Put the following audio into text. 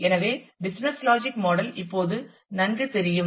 எனவே business logic model இப்போது நன்கு தெரியும்